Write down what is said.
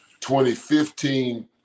2015